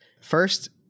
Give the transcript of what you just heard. First